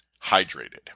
hydrated